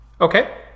Okay